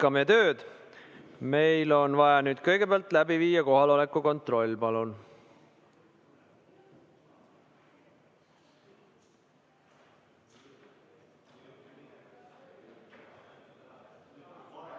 Meil on vaja kõigepealt läbi viia kohaloleku kontroll. Palun!